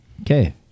okay